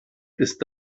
ist